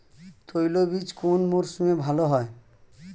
তৈলবীজ কোন মরশুমে ভাল হয়?